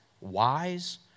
wise